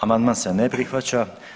Amandman se ne prihvaća.